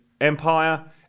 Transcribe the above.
Empire